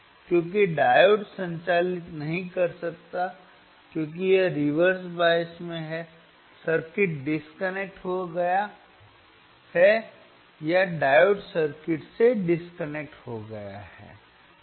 क्योंकि डायोड संचालित नहीं कर सकता क्योंकि यह रिवर्स बायस में है सर्किट डिस्कनेक्ट हो गया है या डायोड सर्किट से डिस्कनेक्ट हो गया है